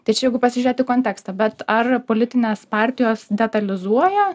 tai čia jeigu pasižiūrėt į kontekstą bet ar politinės partijos detalizuoja